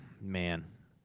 man